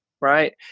right